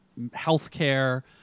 healthcare